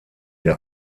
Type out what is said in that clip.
der